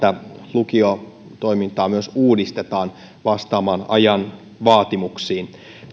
lukiotoimintaa myös uudistetaan vastaamaan ajan vaatimuksiin